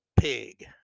pig